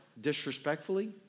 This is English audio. disrespectfully